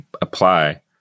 apply